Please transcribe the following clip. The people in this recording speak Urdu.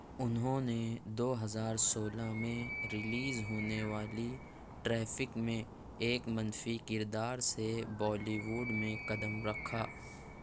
انہوں نے دو ہزار سولہ میں ریلیز ہونے والی ٹریفک میں ایک منفی کردار سے بالی ووڈ میں قدم رکھا